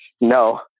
no